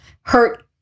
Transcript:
hurt